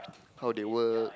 how they work